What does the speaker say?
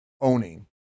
owning